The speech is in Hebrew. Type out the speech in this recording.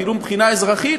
אפילו מבחינה אזרחית,